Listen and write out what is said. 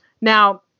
Now